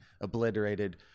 obliterated